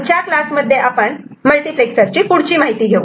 पुढच्या क्लासमध्ये आपण मल्टिप्लेक्सरची पुढची माहिती घेऊ